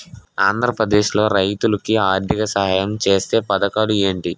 ఆంధ్రప్రదేశ్ లో రైతులు కి ఆర్థిక సాయం ఛేసే పథకాలు ఏంటి?